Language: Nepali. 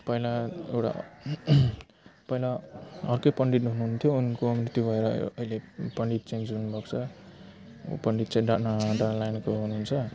पहिला एउटा पहिला अर्कै पण्डित हुनु हुन्थ्यो उनको मृत्यु भएर अहिले पण्डित चेन्ज हुनु भएको छ यो पण्डित चाहिँ डाँडा डाँडा लाइनको हुनु हुन्छ